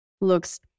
looks